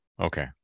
okay